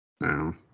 No